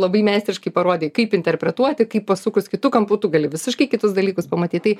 labai meistriškai parodei kaip interpretuoti kaip pasukus kitu kampu tu gali visiškai kitus dalykus pamatyt tai